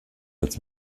als